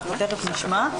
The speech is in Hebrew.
אנחנו תיכף נשמע,